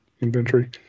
inventory